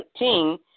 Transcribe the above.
13